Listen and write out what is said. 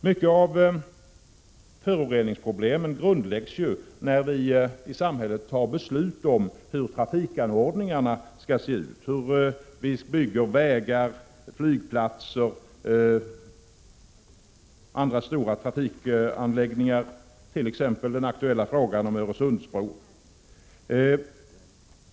Mycket av föroreningsproblemen grundläggs när vi i samhället tar beslut om hur trafikanordningarna skall se ut, hur vi bygger vägar, flygplatser och andra stora trafikanläggningar, t.ex. den nu så aktuella Öresundsbron.